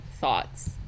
thoughts